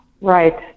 Right